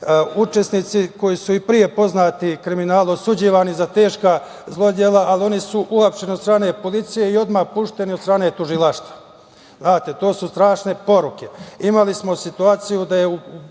učesnici koji su i pre poznati kriminalu, osuđivani za teška zlodela, ali oni su uhapšeni od strane policije i odmah pušteni od strane tužilaštva. Znate, to su strašne poruke. Imali smo situaciju da je